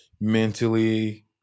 mentally